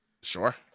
Sure